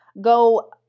go